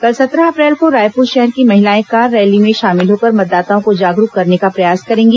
कल सत्रह अप्रैल को रायपुर शहर की महिलाएं कार रैली में शामिल होकर मतदाताओं को जागरूक करने का प्रयास करेंगी